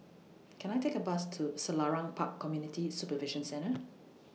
Can I Take A Bus to Selarang Park Community Supervision Centre